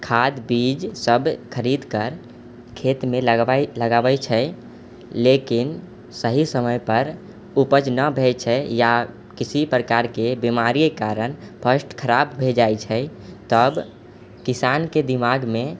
खाद बीज सब खरीद कर खेतमे लगबै लगबै छै लेकिन सही समयपर उपज नहि भय छै या किसी प्रकारके बीमारीके कारण फस्ट खराब भय जाइ छै तब किसानके दिमागमे